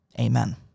Amen